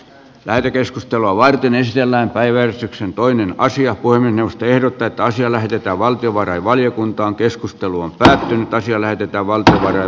lähetekeskustelua varten ei siellä on päiväystyksen toinen asia voimme tehdä tätä asiaa lähdetään valtiovarainvaliokuntaan keskustelu on pysähtynyttä siellä että valtioiden